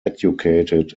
educated